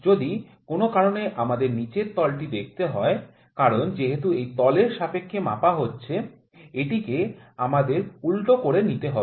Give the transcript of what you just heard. যদি কোন কারণে আমাদের নিচের তলটি দেখতে হয় কারণ যেহেতু এই তলের সাপেক্ষে মাপাহচ্ছে এটিকে আমাদের উল্টো করে নিতে হবে